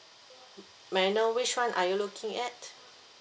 may I know which one are you looking at